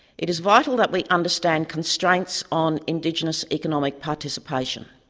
it is vital that we understand constraints on indigenous economic participation.